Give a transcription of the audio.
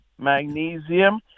magnesium